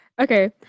Okay